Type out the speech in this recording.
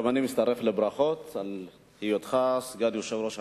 גם אני מצטרף לברכות על היותך סגן יושב-ראש הכנסת.